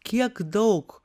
kiek daug